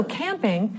camping